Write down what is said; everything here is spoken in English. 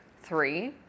Three